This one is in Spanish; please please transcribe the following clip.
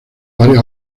varias